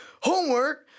homework